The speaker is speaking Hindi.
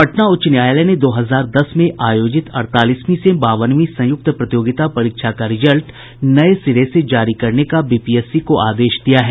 पटना उच्च न्यायालय ने दो हजार दस में आयोजित अड़तालीसवीं से बावनवीं संयुक्त प्रतियोगिता परीक्षा का रिजल्ट नये सिरे से जारी करने का बीपीएससी को आदेश दिया है